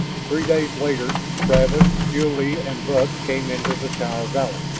three days later travis, jil-lee, and buck came into the tower valley.